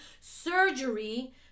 surgery